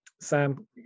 Sam